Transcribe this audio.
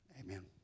Amen